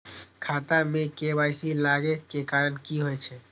खाता मे के.वाई.सी लागै के कारण की होय छै?